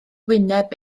wyneb